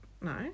No